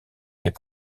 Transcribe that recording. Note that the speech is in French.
les